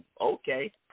okay